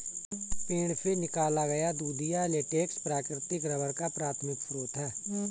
पेड़ से निकाला गया दूधिया लेटेक्स प्राकृतिक रबर का प्राथमिक स्रोत है